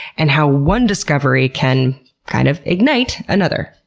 and how one discovery can kind of ignite another.